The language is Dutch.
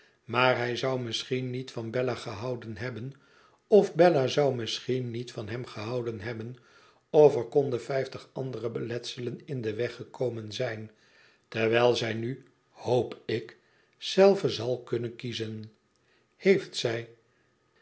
maar hij zou misschien niet van bella gehouden hebben of bella zou misschien niet van hem gehouden hebben of er konden vijftig andere beletselen in den weg gekomen zijn terwijl zij nu hoop ik zelve zal kunnen kiezen heeft zij